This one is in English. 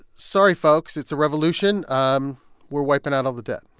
sorry, folks, it's a revolution um we're wiping out all the debt?